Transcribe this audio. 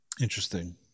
Interesting